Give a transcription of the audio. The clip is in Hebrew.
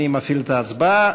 אני מפעיל את ההצבעה.